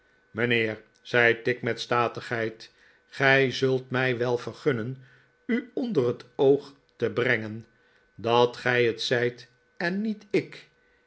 mijnheer zei tigg met statigheid gij zult mij wel vergunnen u onder het oog te brengen dat gij het zijt en niet ik